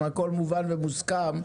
אם הכול מובן ומוסכם,